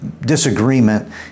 disagreement